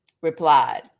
replied